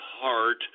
heart